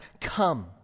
come